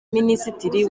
minisitiri